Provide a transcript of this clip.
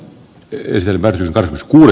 tiivistelmä kului